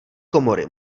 komory